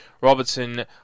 Robertson